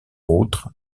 autres